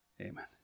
Amen